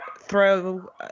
throw